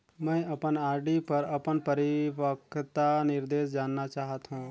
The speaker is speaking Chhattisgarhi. मैं अपन आर.डी पर अपन परिपक्वता निर्देश जानना चाहत हों